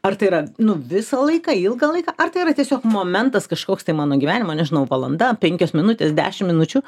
ar tai yra nu visą laiką ilgą laiką ar tai yra tiesiog momentas kažkoks tai mano gyvenimo nežinau valanda penkios minutės dešimt minučių